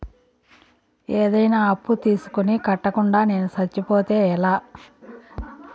ఏదైనా అప్పు తీసుకొని కట్టకుండా నేను సచ్చిపోతే ఎలా